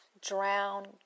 drown